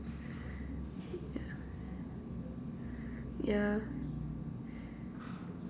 yeah